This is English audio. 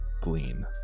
glean